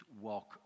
walk